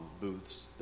booths